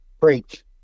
preach